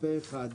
הצבעה סעיף 85(5)